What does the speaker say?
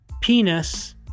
penis